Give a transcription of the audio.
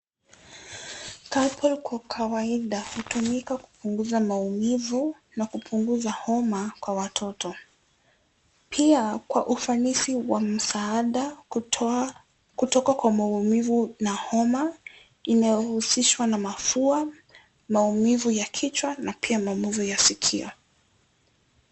Calpol kwa kawaida hutumika kupunguza maumivu na kupunguza homa kwa watoto pia kwa ufanisi wa msaada kutoka kwa maumivu na homa inayohusishwa na mafua na maumivu ya kichwa na pia maumivu ya sikio.